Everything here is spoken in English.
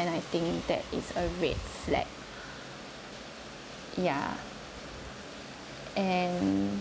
then I think that is a red flag ya and